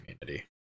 community